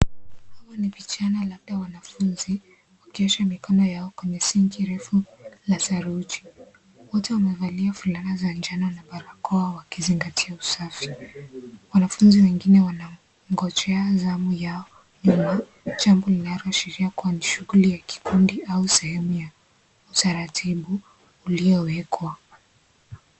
Huu ni vijana labda wanafunzi, wakiosha mikono yao kwenye sinki refu la saruji. Wote wamevalia fulana za njano na barakoa wakizingatia usafi. Wanafunzi wengine wanangojea zamu yao, nyuma, jambo linaloshiria kuwa ni shughuli ya kikundi au sehemu ya utaratibu uliowekwa.